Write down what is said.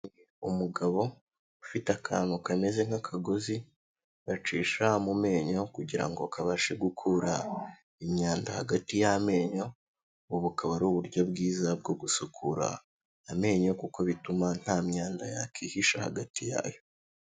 Umugabo ufite akantu kameze nk'akagozi, bacisha mu menyo kugira ngo kabashe gukura imyanda hagati y'amenyo, ubu akaba ari uburyo bwiza bwo gusukura amenyo kuko bituma nta myanda yakihisha hagati yayo.